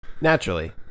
Naturally